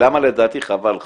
ולמה לדעתי חבל לך.